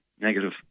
negative